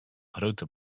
grote